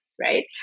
right